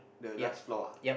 yup yup